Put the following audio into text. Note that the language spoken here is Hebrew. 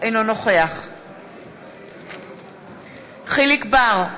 אינו נוכח יחיאל חיליק בר,